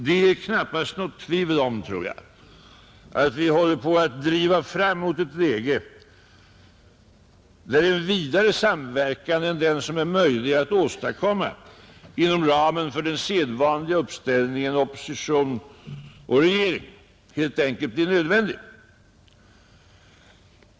Det är knappast något tvivel om att vi håller på att driva fram mot ett läge där en vidare samverkan än den som är möjlig att åstadkomma inom ramen för den sedvanliga uppställningen regering— opposition helt enkelt blir nödvändig.